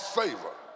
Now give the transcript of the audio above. favor